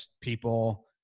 people